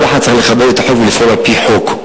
כל אחד צריך לכבד את החוק ולפעול על-פי חוק.